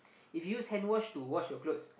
if use hand wash to wash your clothes